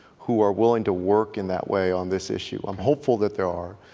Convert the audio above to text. who are willing to work in that way on this issue. i'm hopeful that there are,